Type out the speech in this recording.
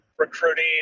Recruiting